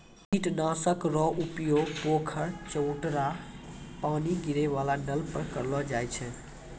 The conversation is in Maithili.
कीट नाशक रो उपयोग पोखर, चवुटरा पानी गिरै वाला नल पर करलो जाय छै